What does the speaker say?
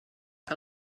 que